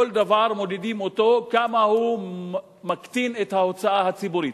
כל דבר מודדים אותו בכמה הוא מקטין את ההוצאה הציבורית.